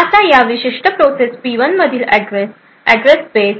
आता या विशिष्ट प्रोसेस पी 1मधील अँड्रेस ऍड्रेस स्पेस